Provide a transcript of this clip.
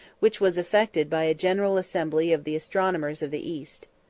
which was effected by a general assembly of the astronomers of the east.